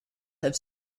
have